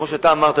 כמו שאמרת,